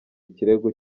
ikirego